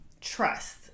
Trust